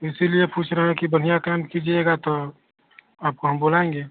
इसीलिए पूछ रहे हैं कि बढ़िया काम कीजिएगा तो आपको हम बुलाएंगे